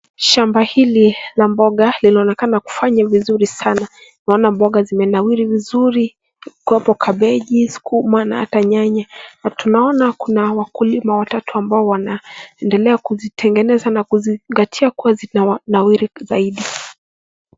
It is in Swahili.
Shamba hili la mboga linaonekana kufanya vizuri sana, naona mboga zimenawiri vizuri iko hapo kabeji, sukuma na hata nyanya. Na tunaona kuna wakulima watatu ambao wanaendelea kuzitengeneza na kuzingatia kuwa zinanawiri zaidi.